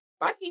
Bye